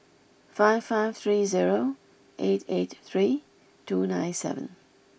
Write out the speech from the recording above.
five five three zero eight eight three two nine seven